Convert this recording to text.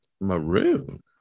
Maroon